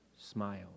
smile